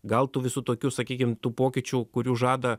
gal tų visų tokių sakykim tų pokyčių kurių žada